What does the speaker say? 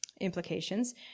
implications